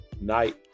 night